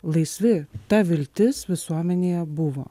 laisvi ta viltis visuomenėje buvo